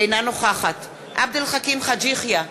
אינה נוכחת עבד אל חכים חאג' יחיא,